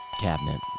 cabinet